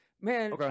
man